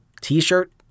t-shirt